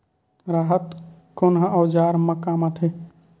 राहत कोन ह औजार मा काम आथे?